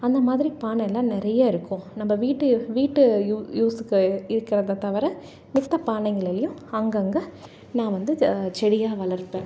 அந்த மாதிரி பானை எல்லாம் நிறையா இருக்கும் நம்ம வீட்டு வீட்டு யூ யூஸ்க்கு இருக்கிறத தவிர மத்த பானைகளையும் அங்கங்கே நான் வந்து செடியாக வளர்ப்பேன்